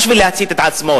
כדי להצית את עצמו.